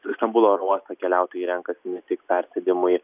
stambulo oro uostą keliautojai renkasi ne tik persėdimui